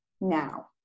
now